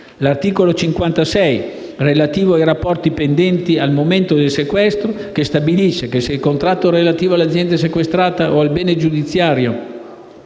l'articolo 56, relativo ai rapporti pendenti al momento del sequestro, che stabilisce che se il contratto relativo all'azienda sequestrata o al bene in